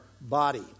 body